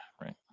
right